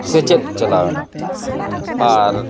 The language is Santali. ᱥᱮᱪᱮᱫ ᱪᱟᱞᱟᱣᱱᱟ ᱟᱨ